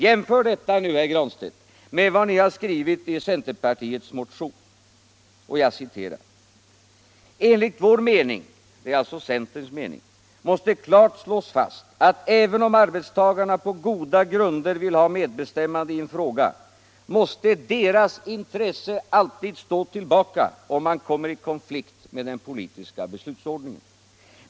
Jämför nu detta, herr Granstedt, med vad ni har skrivit i centerpartimotionen: ”Enligt vår mening måste klart slås fast att även om arbetstagarna på goda grunder vill ha medbestämmande i en fråga, måste deras intresse alltid stå tillbaka, om man kommer i konflikt med den politiska beslutsordningen.